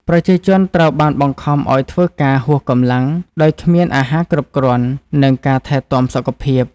ប្រជាជនត្រូវបានបង្ខំឱ្យធ្វើការហួសកម្លាំងដោយគ្មានអាហារគ្រប់គ្រាន់ និងការថែទាំសុខភាព។